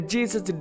Jesus